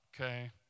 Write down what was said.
okay